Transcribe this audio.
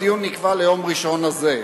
הדיון נקבע ליום ראשון הזה,